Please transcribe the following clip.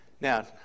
Now